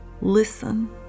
listen